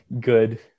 good